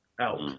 out